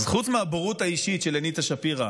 אז חוץ מהבורות האישית של אניטה שפירא